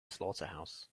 slaughterhouse